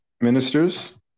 ministers